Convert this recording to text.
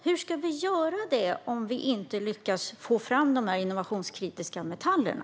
Hur ska man kunna använda dem om vi inte lyckas att få fram de innovationskritiska metallerna?